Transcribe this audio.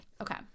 Okay